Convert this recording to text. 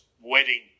wedding